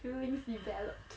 feelings developed